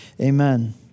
Amen